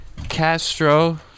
Castro